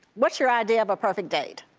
what's your idea of a perfect date?